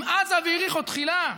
עם עזה ויריחו תחילה,